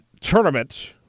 tournament